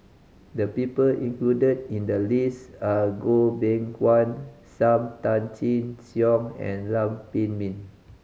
the people included in the list are Goh Beng Kwan Sam Tan Chin Siong and Lam Pin Min